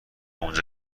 اونجا